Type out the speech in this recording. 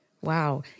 Wow